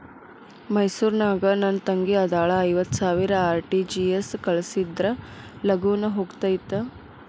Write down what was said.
ಮೈಸೂರ್ ನಾಗ ನನ್ ತಂಗಿ ಅದಾಳ ಐವತ್ ಸಾವಿರ ಆರ್.ಟಿ.ಜಿ.ಎಸ್ ಕಳ್ಸಿದ್ರಾ ಲಗೂನ ಹೋಗತೈತ?